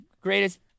greatest